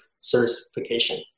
certification